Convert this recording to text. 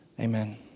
Amen